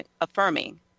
affirming